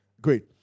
Great